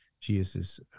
Jesus